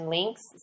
links